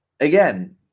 Again